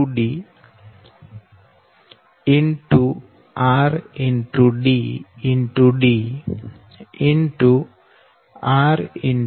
2d r